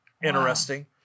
Interesting